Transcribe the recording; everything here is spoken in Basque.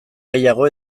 gehiago